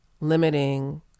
limiting